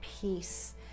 peace